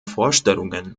vorstellungen